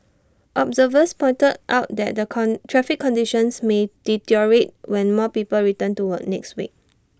observers pointed out that the con traffic conditions may deteriorate when more people return to work next week